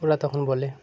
ওরা তখন বলে